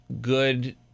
good